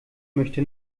möchte